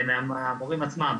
מהמורים עצמם.